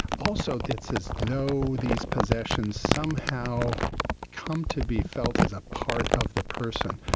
also it's as though these possessions somehow come to be felt as a part of the person.